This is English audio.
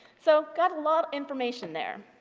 so got a lot information there.